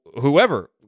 whoever